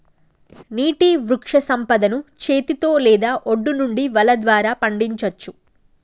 నీటి వృక్షసంపదను చేతితో లేదా ఒడ్డు నుండి వల ద్వారా పండించచ్చు